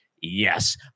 Yes